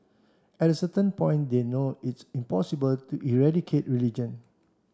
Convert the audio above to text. at a certain point they know it's impossible to eradicate religion